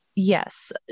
yes